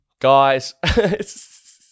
Guys